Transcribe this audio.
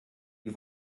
die